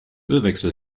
ölwechsel